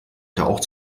auch